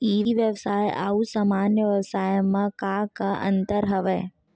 ई व्यवसाय आऊ सामान्य व्यवसाय म का का अंतर हवय?